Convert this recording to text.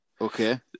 Okay